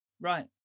Right